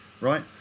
right